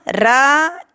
ra